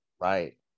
right